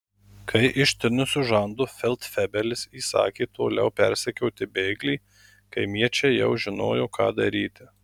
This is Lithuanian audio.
kai ištinusiu žandu feldfebelis įsakė toliau persekioti bėglį kaimiečiai jau žinojo ką daryti